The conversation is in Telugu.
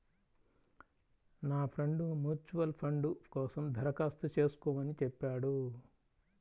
నా ఫ్రెండు మ్యూచువల్ ఫండ్ కోసం దరఖాస్తు చేస్కోమని చెప్పాడు